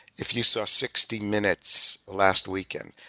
if you saw sixty minutes last weekend,